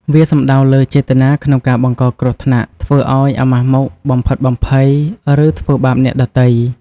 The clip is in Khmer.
វាសំដៅលើចេតនាក្នុងការបង្កគ្រោះថ្នាក់ ធ្វើឲ្យអាម៉ាស់មុខ បំភិតបំភ័យ ឬធ្វើបាបអ្នកដទៃ។